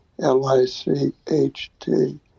L-I-C-H-T